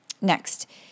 Next